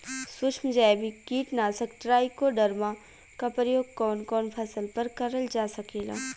सुक्ष्म जैविक कीट नाशक ट्राइकोडर्मा क प्रयोग कवन कवन फसल पर करल जा सकेला?